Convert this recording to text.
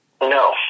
No